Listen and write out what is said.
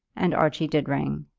and archie did ring.